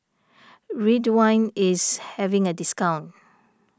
Ridwind is having a discount